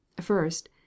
first